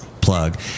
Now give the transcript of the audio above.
plug